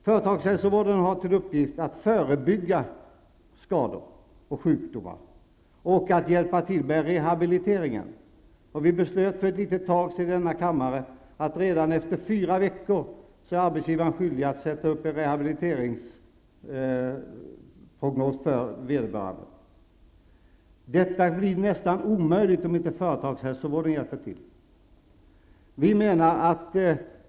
Företagshälsovården har till uppgift att förebygga skador och sjukdomar och hjälpa till med rehabiliteringen. Vi beslöt för ett litet tag sedan i denna kammare att arbetsgivaren redan efter fyra veckor är skyldig att sätta upp rehabiliteringsprognoser för arbetsskadade. Detta blir omöjligt om inte företagshälsovården kan hjälpa till.